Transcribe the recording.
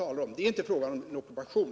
Det är således inte fråga om en ockupation.